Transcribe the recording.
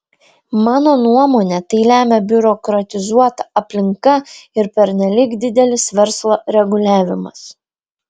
mano nuomone tai lemia biurokratizuota aplinka ir pernelyg didelis verslo reguliavimas